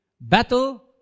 battle